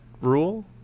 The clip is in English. rule